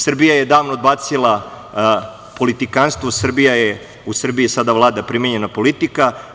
Srbija je davno odbacila politikanstvo, u Srbiji sada vlada primenjena politika.